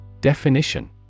Definition